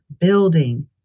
building